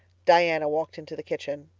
diana walked into the kitchen.